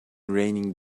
raining